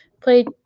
played